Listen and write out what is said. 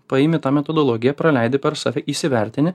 paimi tą metodologiją praleidi per save įsivertini